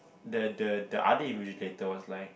the the the other invigilator was like